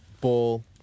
ball